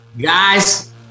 Guys